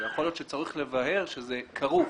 ויכול להיות שצריך לבאר שזה כרוך,